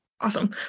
Awesome